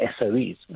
SOEs